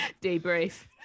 Debrief